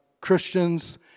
Christians